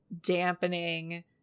dampening